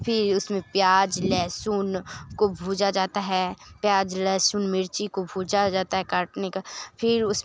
फिर उसमें प्याज लहसुन को भुजा जाता है प्याज लहसुन मिर्ची को भुजा जाता है काटने का फिर उसमें